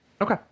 Okay